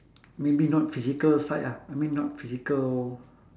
maybe not physical side ah I mean not physical